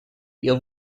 ill